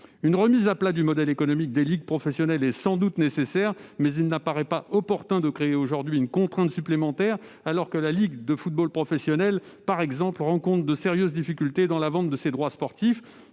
Une remise à plat du modèle économique des ligues professionnelles est sans doute nécessaire, mais il ne paraît pas opportun de créer aujourd'hui une contrainte supplémentaire, alors que, par exemple, la Ligue de football professionnel rencontre de sérieuses difficultés dans la vente de ses droits sportifs.